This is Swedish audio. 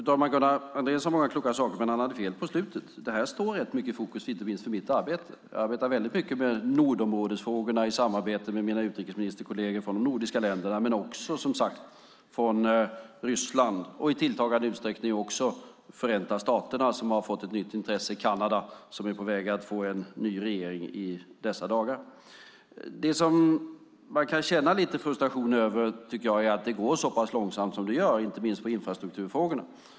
Fru talman! Gunnar Andrén sade många kloka saker, men han hade fel på slutet. Det här står rätt mycket i fokus, inte minst för mitt arbete. Jag arbetar väldigt mycket med nordområdesfrågorna i samarbete med mina utrikesministerkolleger från de nordiska länderna, men också som sagt från Ryssland och i tilltagande utsträckning också Förenta staterna, som har fått ett nytt intresse, och Kanada, som är på väg att få en ny regering i dessa dagar. Det som man kan känna lite frustration över är att det går så pass långsamt som det gör, inte minst med infrastrukturfrågorna.